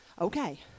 Okay